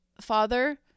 father